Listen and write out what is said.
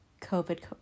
COVID